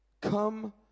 Come